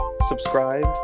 subscribe